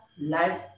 life